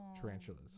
tarantulas